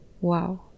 wow